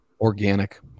Organic